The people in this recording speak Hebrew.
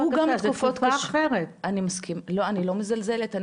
אני לא מזלזלת,